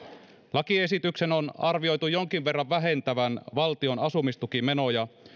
lakiesityksen on arvioitu jokin verran vähentävän valtion asumistukimenoja